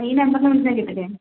ഈ നമ്പറില് വിളിച്ചാൽ കിട്ടില്ലേ